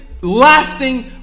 lasting